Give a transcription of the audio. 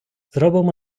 зробимо